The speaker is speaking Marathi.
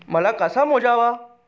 मका कसा मोजावा?